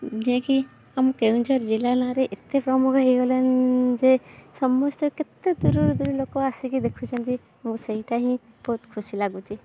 ଯେକି ଆମ କେନ୍ଦୁଝର ଜିଲ୍ଲା ନାଁରେ ଏତେ ପ୍ରମୁଖ ହେଇଗଲାଣି ଯେ ସମସ୍ତେ କେତେ ଦୂରରୁ ଦୂରରୁ ଲୋକ ଆସି କି ଦେଖୁଛନ୍ତି ଆଉ ସେଇଟା ହିଁ ବହୁତ ଖୁସି ଲାଗୁଛି